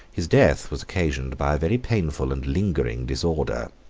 his death was occasioned by a very painful and lingering disorder.